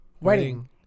Wedding